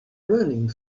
running